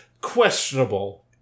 questionable